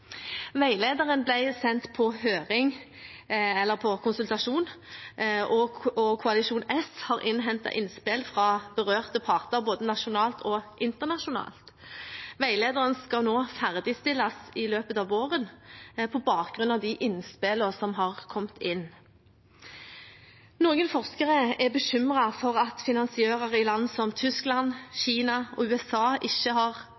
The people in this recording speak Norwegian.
Veilederen ble sendt på konsultasjon, og Koalisjon S har innhentet innspill fra berørte parter, både nasjonalt og internasjonalt. Veilederen skal ferdigstilles i løpet av våren på bakgrunn av innspillene som har kommet. Noen forskere er bekymret for at finansiører i land som Tyskland, Kina og USA ikke har